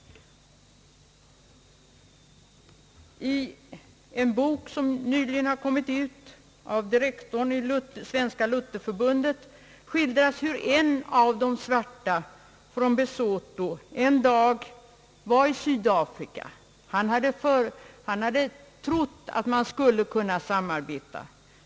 I en bok, som nyligen givits ut av direktorn i Svenska Lutherförbundet Åke Kastlund skildras hur en färgad man i ledande ställning i Botswana en dag var i Sydafrika. Han hade trott att man skulle kunna samarbeta.